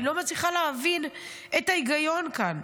אני לא מצליחה להבין את ההיגיון כאן.